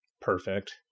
Perfect